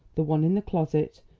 the one in the closet,